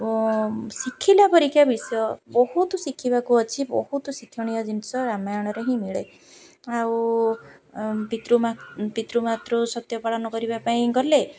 ଓ ଶିଖିଲା ପରିକା ବିଷୟ ବହୁତ ଶିଖିବାକୁ ଅଛି ବହୁତ ଶିକ୍ଷଣୀୟ ଜିନିଷ ରାମାୟଣରେ ହିଁ ମିଳେ ଆଉ ପିତୃ ପିତୃମାତୃ ସତ୍ୟ ପାଳନ କରିବା ପାଇଁ ଗଲେ